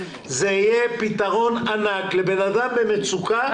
זה יהיה פתרון ענק לבנאדם במצוקה.